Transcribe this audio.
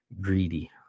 greedy